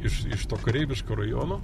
iš iš to kareiviško rajono